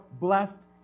blessed